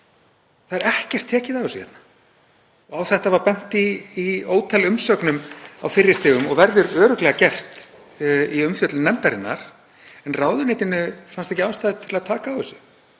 Það er ekkert tekið á þessu. Á þetta var bent í ótal umsögnum á fyrri stigum og verður örugglega gert í umfjöllun nefndarinnar en ráðuneytinu fannst ekki ástæða til að taka á þessu